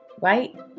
right